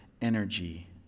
energy